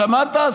שמעת,